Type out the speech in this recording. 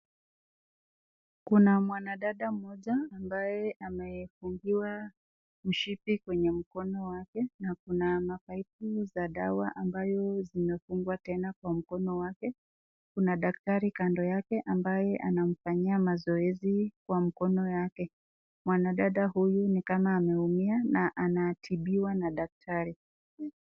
kuna mwandada mmoja ambaye amefungiwa mshipi kwenye mkono wake, na tena kuna mapaipu za dawa ambayo zimefungwa tena kwa mkono wake. Kuna daktari kando yake ambaye anamfanyia mazoezi kwa mkono yake, mwanadada huyu nikama ameumia na anatibiwa na daktari.